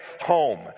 home